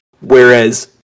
whereas